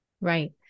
Right